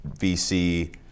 VC